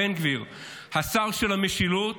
בן גביר, השר של המשילות,